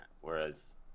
Whereas